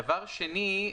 דבר שני,